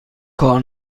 کار